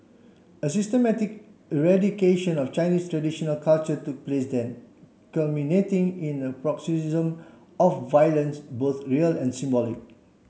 a systematic eradication of Chinese traditional culture took place then culminating in a paroxysm of violence both real and symbolic